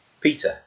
Peter